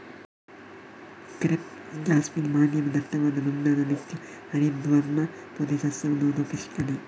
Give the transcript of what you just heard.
crepe jasmine ಮಧ್ಯಮ ದಟ್ಟವಾದ ದುಂಡಾದ ನಿತ್ಯ ಹರಿದ್ವರ್ಣ ಪೊದೆ ಸಸ್ಯವನ್ನು ರೂಪಿಸುತ್ತದೆ